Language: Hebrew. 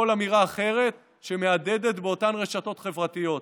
אמירה אחרת שמהדהדת באותן רשתות חברתיות.